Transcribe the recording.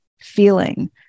feeling